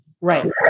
Right